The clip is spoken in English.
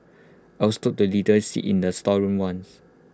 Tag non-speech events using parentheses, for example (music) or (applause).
I was told to (unintelligible) sit in A storeroom once